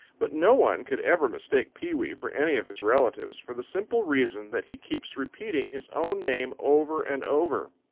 but no one could ever mistake pewee for any of his relatives, for the simple reason that he keeps repeating his own name over and over.